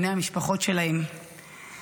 לבני המשפחות שלהם,